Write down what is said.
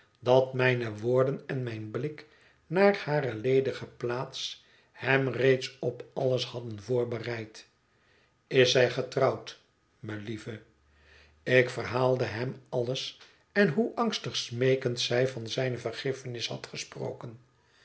dat mijne woorden en mijn blik naar hare ledige plaats hem reeds op alles hadden voorbereid is zij getrouwd melieve ik verhaalde hem alles en hoe angstig smeekend zij van zijne vergiffenis had gesproken